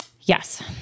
Yes